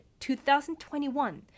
2021